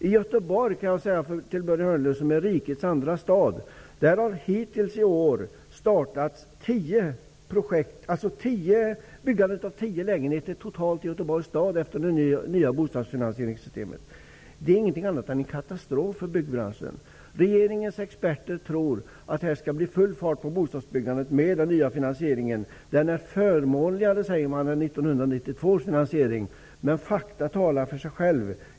I Göteborg, som är rikets andra stad, har hittills i år startats byggande av tio lägenheter -- det är alltså det totala antalet i Göteborgs stad, sedan det nya bostadsfinansieringssystemet införts. Det är ingenting annat än en katastrof för byggbranschen. Regeringens experter tror att det skall bli full fart på bostadsbyggandet med den nya finansieringen. Den är förmånligare än 1992 års finansiering, säger man. Men fakta talar för sig själva.